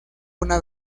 una